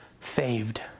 saved